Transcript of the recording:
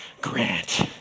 Grant